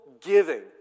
giving